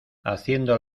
haciendo